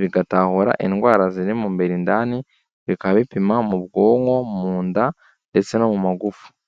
bigatahura indwara ziri mu mubiri indani, bikaba bipima mu bwonko, mu nda ndetse no mu magufa.